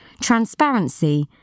transparency